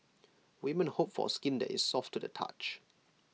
women hope for skin that is soft to the touch